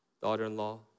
daughter-in-law